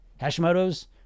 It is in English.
Hashimoto's